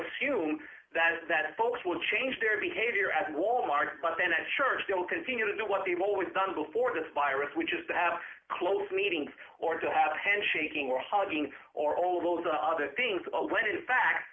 assume that is that folks will change their behavior at wal mart but then i'm sure they will continue to do what they've always done before the virus which is to have closed meetings or to have handshaking or hugging or all those other things when in fact